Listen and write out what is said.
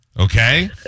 Okay